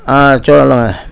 ஆ சொல்லுங்கள்